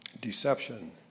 deception